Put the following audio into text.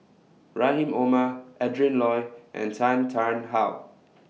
Rahim Omar Adrin Loi and Tan Tarn How